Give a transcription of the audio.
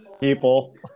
people